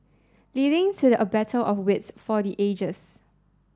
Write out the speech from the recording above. leading to a battle of wits for the ages